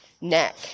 neck